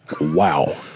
Wow